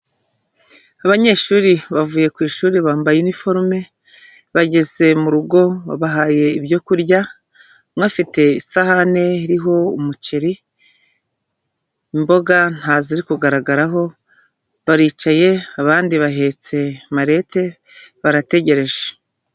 Abanyeshuri bavuye ku ishuri bambaye iniforume bageze mu rugo babahaye ibyo kurya, umwe afite isahane iriho umuceri, imboga ntaziri kugaragaraho, baricaye abandi bahetse marete barategereje.